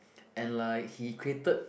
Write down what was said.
and like he created